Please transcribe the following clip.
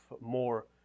more